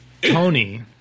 Tony